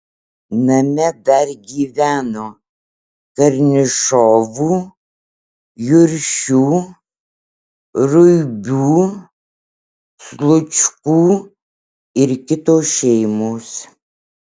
name dar gyveno karnišovų juršių ruibių slučkų ir kitos šeimos